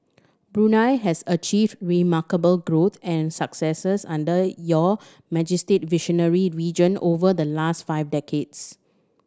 Brunei has achieved remarkable growth and successes under Your Majesty's visionary reign over the last five decades